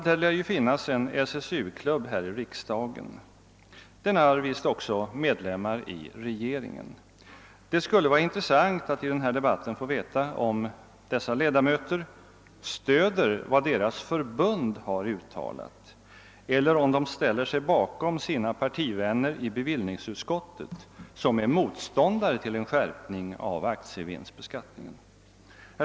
Det lär finnas en SSU klubb här i riksdagen. Den har visst också medlemmar i regeringen. Det skulle vara intressant att få veta om dessa ledamöter stöder vad deras förbund har uttalat eller om de ställer sig bakom sina partivänner i bevillningsutskottet, som är motståndare till en skärpning av aktievinstbeskattningen.